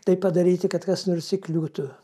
tai padaryti kad kas nors įkliūtų